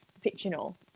fictional